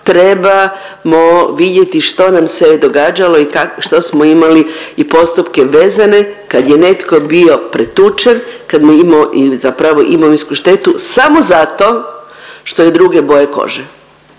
trebamo vidjeti što nam se je događalo i što smo imali i postupke vezane kad je netko bio pretučen, kada je imao zapravo imovinsku štetu samo zato što je druge boje kože